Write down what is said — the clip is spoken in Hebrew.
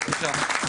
בהצלחה.